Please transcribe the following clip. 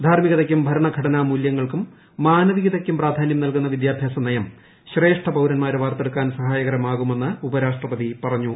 ധാർമ്മികതയ്ക്കും ഭരണഘടനാ മൂലൃങ്ങൾക്കും മാനവികതയ്ക്കും പ്രാധാന്യം നൽകുന്ന വിദ്യാഭ്യാസ നയം ശ്രേഷ്ഠപൌരൻമാരെ വാർത്തെടുക്കാൻ സഹായകരമാണെന്ന് ഉപരാഷ്ട്രപതി പറഞ്ഞു